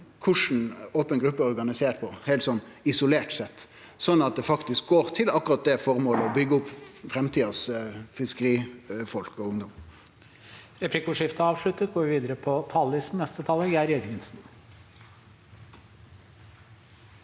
korleis open gruppe er organisert, heilt isolert sett, sånn at det faktisk går til akkurat føremålet med å bygge opp framtidas fiskeri, folk og ungdom.